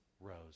rose